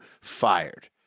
fired